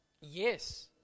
Yes